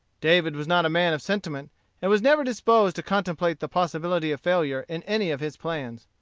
david was not a man of sentiment and was never disposed to contemplate the possibility of failure in any of his plans.